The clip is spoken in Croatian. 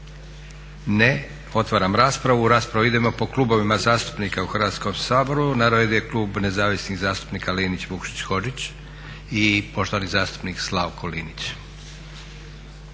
Ne. Otvaram raspravu. U raspravu idemo po klubovima zastupnika u Hrvatskom saboru. Na redu je klub nezavisnih zastupnika Linić-Vukšić-Hodžić i poštovani zastupnik Slavko Linić.